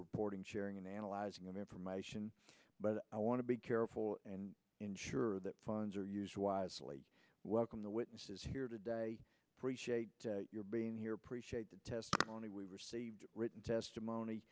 reporting sharing and analyzing information but i want to be careful and ensure that funds are used wisely welcome the witnesses here today for your being here appreciate the testimony we received written testimony